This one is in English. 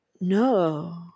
no